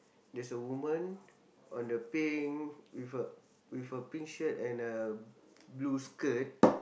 there's a woman on the pink with a with a pink shirt and a blue skirt